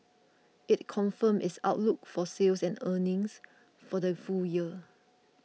it confirmed its outlook for sales and earnings for the full year